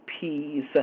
peace